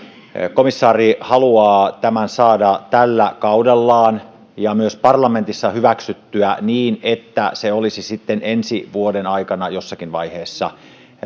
komissaari haluaa tämän saada tällä kaudellaan ja myös parlamentissa hyväksyttyä niin että se olisi sitten ensi vuoden aikana jossakin vaiheessa